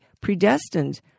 predestined